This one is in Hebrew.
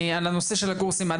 הקורסים,